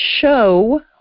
show